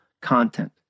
content